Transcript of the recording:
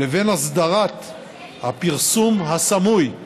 לבין הסדרת הפרסום הסמוי,